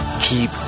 keep